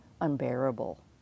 unbearable